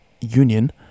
Union